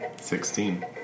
Sixteen